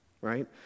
right